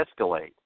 escalate